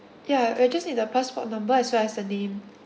ya I'll just need the passport number as well as the name